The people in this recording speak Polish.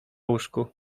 łóżku